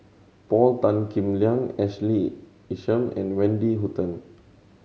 Paul Tan Kim Liang Ashley Isham and Wendy Hutton